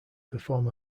perform